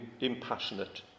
impassionate